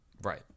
Right